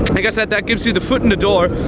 like i said, that gives you the foot in the door,